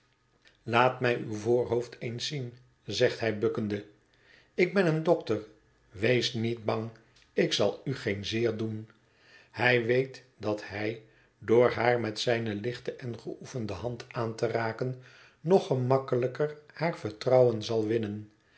laat mij uw voorhoofd eens zien zegt hij bukkende ik ben een dokter wees niet bang ik zal u geen zeer doen hij weet dat hij door haar met zijne lichte en geoefende hand aan te raken nog gemakkelijker haar vertrouwen zal winnen